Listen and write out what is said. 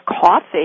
coffee